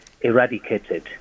eradicated